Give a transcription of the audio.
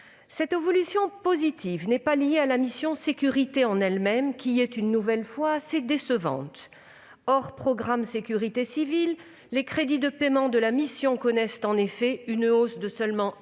Cette évolution positive n'est pas liée à la mission « Sécurités » en elle-même, laquelle est, une nouvelle fois, assez décevante. Hors programme « Sécurité civile », les crédits de paiement de la mission connaissent en effet une hausse de seulement 1,2